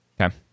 Okay